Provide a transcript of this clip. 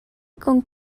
con